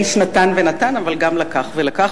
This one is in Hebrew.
האיש נתן ונתן אבל גם לקח ולקח,